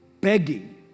begging